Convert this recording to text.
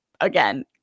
Again